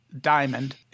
diamond